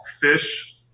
fish